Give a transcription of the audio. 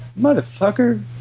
motherfucker